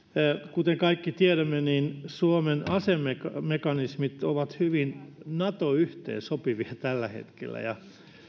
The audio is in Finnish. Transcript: kuten kaikki tiedämme suomen asemekanismit ovat hyvin nato yhteensopivia tällä hetkellä ja